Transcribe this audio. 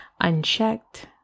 unchecked